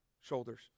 shoulders